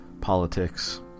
politics